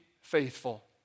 faithful